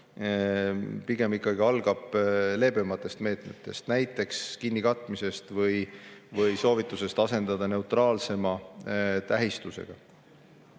Pigem ikkagi algab leebematest meetmetest, näiteks kinnikatmisest või soovitusest asendada neutraalsema tähistusega.